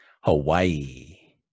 Hawaii